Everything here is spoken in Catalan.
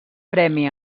premi